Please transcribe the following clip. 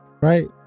Right